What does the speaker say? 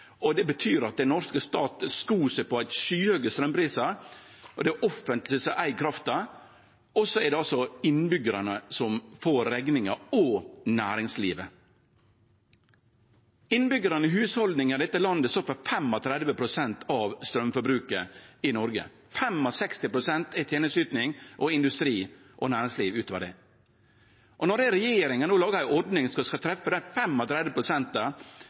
Det betyr at den norske staten skor seg på skyhøge straumprisar. Det er det offentleg som eig krafta, og så er det innbyggjarane og næringslivet som får rekninga. Innbyggjarane og hushalda i dette landet står for 35 pst. av straumforbruket i Noreg. 65 pst. er tenesteyting og industri og næringsliv utover det. Når regjeringa no lagar ei ordning som skal treffe